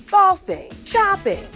golfing, shopping,